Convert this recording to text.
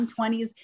20s